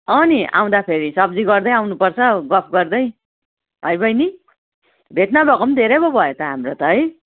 हो नि आउँदाखेरि सब्जी गर्दै आउनुपर्छ गफ गर्दै है बैनी भेट नभएको पनि धेरै पो भयो त हाम्रो त है